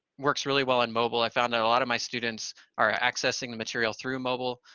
works really well in mobile. i found that a lot of my students are accessing the material through mobile,